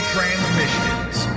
Transmissions